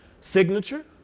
signature